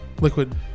liquid